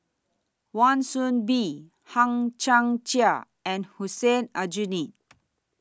Wan Soon Bee Hang Chang Chieh and Hussein Aljunied